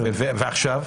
ועכשיו?